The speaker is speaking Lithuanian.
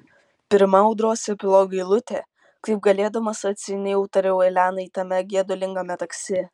pirma audros epilogo eilutė kaip galėdamas atsainiau tariau elenai tame gedulingame taksi